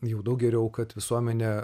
jau daug geriau kad visuomenė